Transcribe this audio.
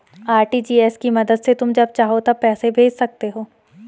RTGS की मदद से तुम जब चाहो तब पैसे भेज सकते हो